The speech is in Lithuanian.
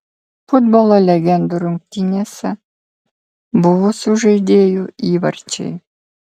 futbolo legendų rungtynėse buvusių žaidėjų įvarčiai